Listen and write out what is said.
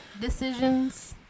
decisions